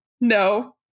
No